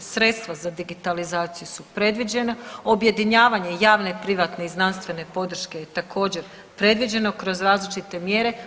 Sredstva za digitalizaciju su predviđena, objedinjavanje javne, privatne i znanstvene podrške je također predviđeno kroz različite mjere.